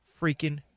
freaking